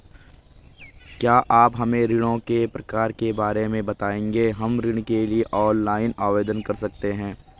क्या आप हमें ऋणों के प्रकार के बारे में बताएँगे हम ऋण के लिए ऑनलाइन आवेदन कर सकते हैं?